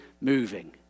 moving